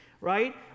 right